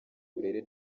uburere